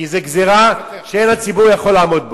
כי זאת גזירה שאין הציבור יכול לעמוד בה.